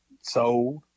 sold